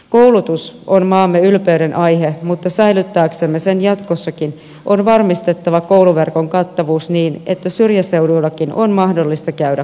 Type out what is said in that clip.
koulutus on maamme ylpeyden aihe mutta säilyttääksemme sen jatkossakin on varmistettava kouluverkon kattavuus niin että syrjäseuduillakin on mahdollista käydä koulua